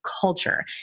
culture